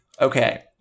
okay